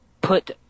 put